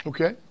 Okay